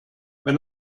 wenn